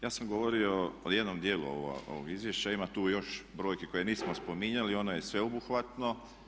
Ja sam govorio o jednom dijelu ovog izvješća, ima tu još brojki koje nismo spominjali, ono je sveobuhvatno.